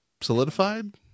solidified